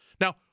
Now